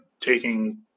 taking